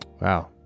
Wow